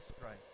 Christ